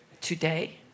today